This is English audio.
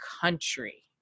country